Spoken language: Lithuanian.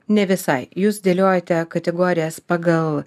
ne visai jūs dėliojate kategorijas pagal